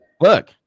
Look